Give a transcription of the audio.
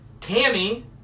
Tammy